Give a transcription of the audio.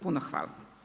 Puno hvala.